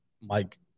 Mike